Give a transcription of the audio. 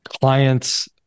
clients